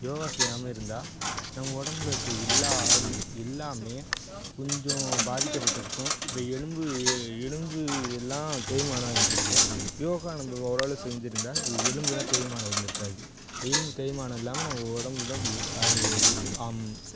யோகா செய்யாமல் இருந்தால் நம்ம உடம்புல இருக்க எல்லா எல்லாமே கொஞ்சம் பாதிக்கப்பட்டு இருக்கும் இப்போ எலும்பு எ எலும்பு எல்லாம் தேய்மானம் அடைஞ்சிருக்கும் யோகா நம்ம ஓரளவு செஞ்சிருந்தால் எலும்புலாம் தேய்மானம் இருந்திருக்காது எலும்பு தேய்மானம் இல்லாமல் நம்ம உடம்புல அது அம்